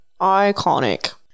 Iconic